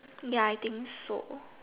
ya I think so